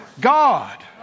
God